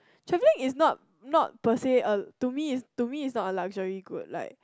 travelling is not not per say a to me to me is not a luxury good like